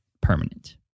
permanent